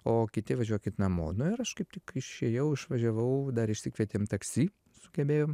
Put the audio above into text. o kiti važiuokit namo nu ir aš kaip tik išėjau išvažiavau dar išsikvietėm taksi sugebėjom